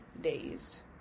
days